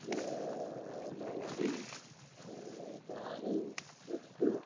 ല് lorry car truck